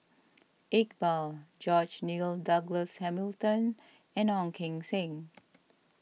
Iqbal George Nigel Douglas Hamilton and Ong Keng Sen